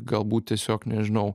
galbūt tiesiog nežinau